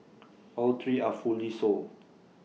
all three are fully sold